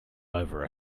over